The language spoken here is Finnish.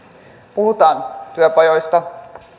puhutaan työpajoista